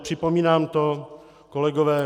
Připomínám to, kolegové.